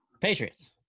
Patriots